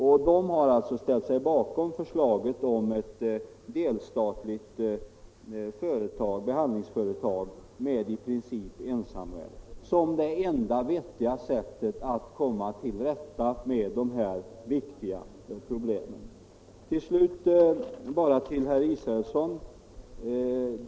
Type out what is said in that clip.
Man har alltså ställt sig bakom förslaget om att skapa ett delstatligt behandlingsföretag med i princip ensamrätt som det enda vettiga medlet att komma till rätta med de här viktiga problemen. Till slut till herr Israelsson!